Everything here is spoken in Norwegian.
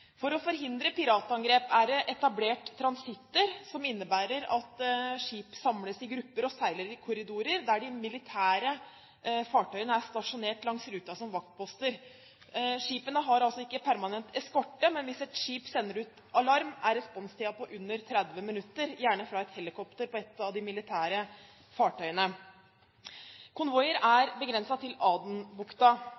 For å forhindre piratangrep er det etablert transitter, som innebærer at skip samles i grupper og seiler i korridorer der de militære fartøyene er stasjonert langs ruten som vaktposter. Skipene har altså ikke permanent eskorte, men hvis et skip sender ut alarm, er responstiden på under 30 minutter, gjerne fra et helikopter på ett av de militære fartøyene. Konvoier er